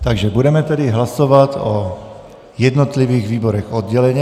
Takže tedy budeme hlasovat o jednotlivých výborech odděleně.